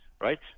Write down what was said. right